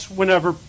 whenever